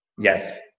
Yes